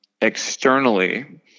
externally